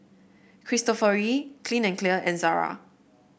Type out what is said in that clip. Cristofori Clean and Clear and Zara